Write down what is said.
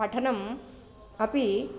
पठनं अपि